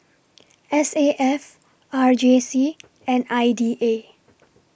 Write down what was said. S A F R J C and I D A